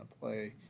play